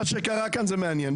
(חבר הכנסת עופר כסיף יוצא מחדר הוועדה.) מה שקרה כאן זה מעניין.